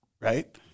right